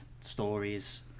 stories